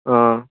অঁ